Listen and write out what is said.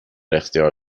اختیار